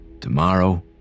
tomorrow